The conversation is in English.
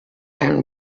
can